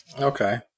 Okay